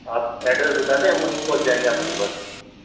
آپ ایڈریس بتا دیں ہم وہیں پہنچ جائیں گے آپ کے پاس